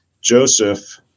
Joseph